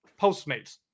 Postmates